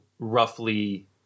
roughly